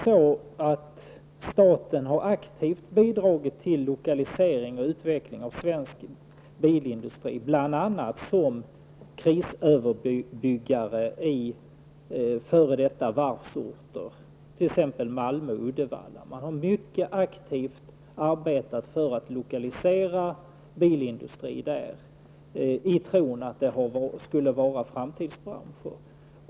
Staten har aktivt bidragit till lokalisering och utveckling av svensk bilindustri, bl.a. som krisöverbryggare på f.d. varvsorter, t.ex Malmö och Uddevalla. Man har mycket aktivt arbetat för att lokalisera bilindustrin dit i tron att det skulle vara en framtidsbransch.